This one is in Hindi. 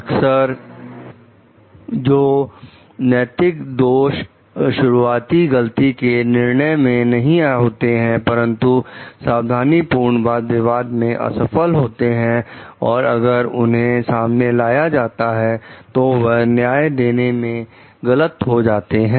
अक्सर जो नैतिक दोष शुरुआती गलती के निर्णय मे नहीं होते हैं परंतु सावधानी पूर्ण वाद विवाद में असफल होते हैं और अगर उन्हें सामने लाया जाता है तो वह न्याय देने में गलत हो जाते हैं